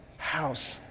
House